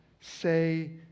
say